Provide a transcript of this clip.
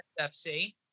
fc